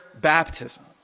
baptism